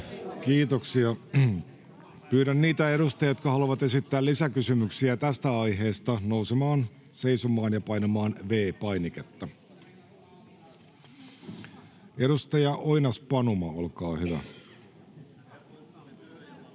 Kiitoksia. — Pyydän niitä edustajia, jotka haluavat esittää lisäkysymyksiä tästä aiheesta, nousemaan seisomaan ja painamaan V-painiketta. — Edustaja Oinas-Panuma, olkaa hyvä.